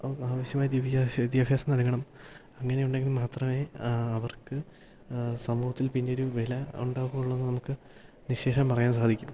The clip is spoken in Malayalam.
അവർക്കാവശ്യമായ വിദ്യാഭ്യാസം നൽകണം അങ്ങനെ ഉണ്ടെങ്കിൽ മാത്രമേ അവർക്ക് സമൂഹത്തിൽ പിന്നെയൊരു വില ഉണ്ടാവുകയുള്ളൂ എന്നു നമുക്ക് നിശ്ശേഷം പറയാൻ സാധിക്കും